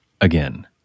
again